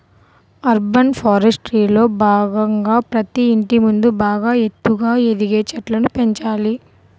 urban ఫారెస్ట్రీలో భాగంగా ప్రతి ఇంటి ముందు బాగా ఎత్తుగా ఎదిగే చెట్లను పెంచాలి